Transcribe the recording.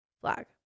flag